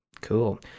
Cool